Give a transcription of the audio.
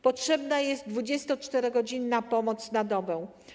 Potrzebna jest 24-godzinna pomoc na dobę.